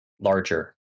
Larger